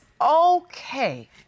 okay